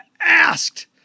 asked